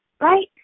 right